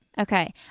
Okay